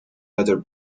other